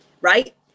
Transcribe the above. right